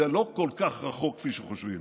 זה לא כל כך רחוק כפי שחושבים.